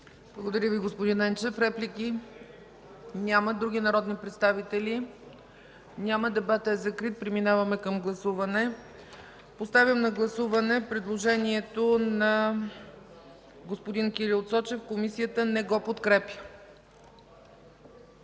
Благодаря Ви, господин Енчев. Реплики? Няма. Други народни представители? Няма. Дебатът е закрит. Преминаваме към гласуване. Поставям на гласуване предложението на господин Кирил Цочев. Комисията не го подкрепя.